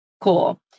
cool